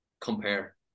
compare